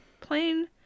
Plain